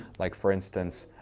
like, for instance,